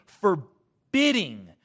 forbidding